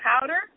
powder